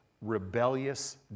rebellious